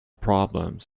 problems